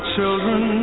children